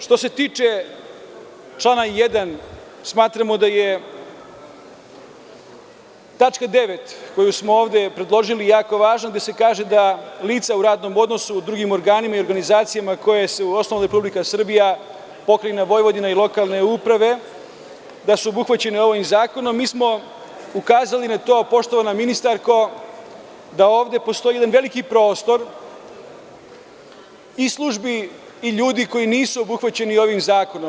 Što se tiče člana 1, smatramo da je tačka 9. koju smo ovde predložili jako važna i gde se kaže da lica u radnom odnosu u drugim organima i organizacijama koje je osnovala Republika Srbija, Pokrajina Vojvodina i lokalne uprave, da su obuhvaćene ovim zakonom, mi smo ukazali na to poštovana ministarko da ovde postoji jedan veliki prostor i službi i ljudi koji nisu obuhvaćeni ovim zakonom.